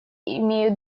имеют